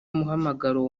umuhamagaro